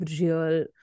real